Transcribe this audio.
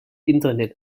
internet